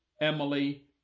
Emily